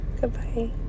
goodbye